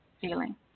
feeling